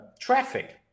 traffic